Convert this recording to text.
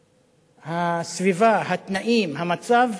הסביבה, התנאים, המצב,